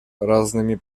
разными